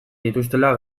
dituztela